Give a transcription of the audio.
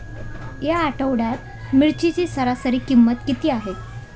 या आठवड्यात मिरचीची सरासरी किंमत किती आहे?